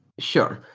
sure.